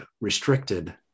restricted